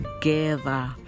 together